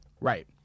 Right